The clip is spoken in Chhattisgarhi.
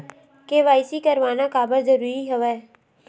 के.वाई.सी करवाना काबर जरूरी हवय?